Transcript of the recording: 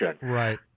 Right